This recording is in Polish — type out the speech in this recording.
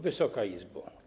Wysoka Izbo!